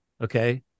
okay